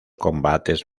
combates